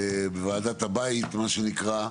בוועדת הבית, מה שנקרא,